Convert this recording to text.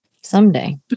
Someday